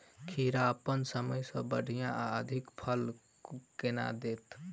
खीरा अप्पन समय सँ बढ़िया आ अधिक फल केना देत?